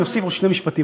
אני אוסיף עוד שני משפטים,